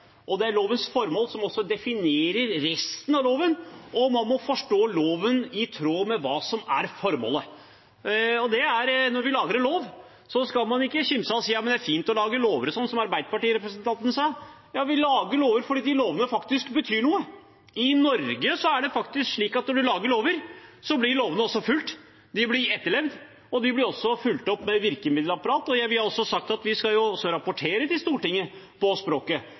formålet. Hva er lovens formål? Det er lovens formål som definerer resten av loven, og man må forstå loven i tråd med hva som er formålet. Når vi lager en lov, skal man ikke kimse og si at det er fint å lage lover, som arbeiderpartirepresentanten sa. Vi lager lover fordi lovene faktisk betyr noe. I Norge er det slik at når man lager lover, blir lovene fulgt. De blir etterlevd, og de blir også fulgt opp med et virkemiddelapparat. Vi har sagt at vi skal rapportere til Stortinget om språket,